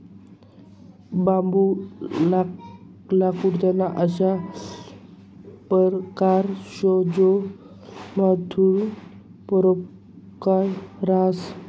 बांबू लाकूडना अशा परकार शे जो मझारथून पोकय रहास